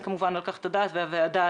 אני אתעכב לרגע כיוון שזה באחריותנו,